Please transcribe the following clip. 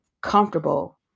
comfortable